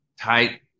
tight